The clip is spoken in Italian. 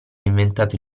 inventato